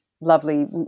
lovely